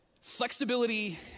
Flexibility